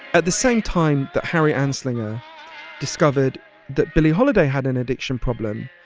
at the same time that harry anslinger discovered that billie holiday had an addiction problem,